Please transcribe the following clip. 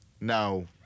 now